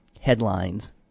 headlines